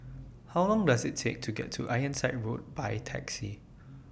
How Long Does IT Take to get to Ironside Road By Taxi